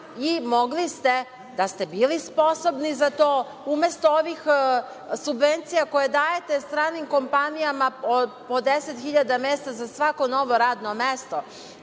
i mogli ste, da ste bili sposobni za to, umesto ovih subvencija koje dajete stranim kompanijama po deset hiljada za svako novo radno mesto,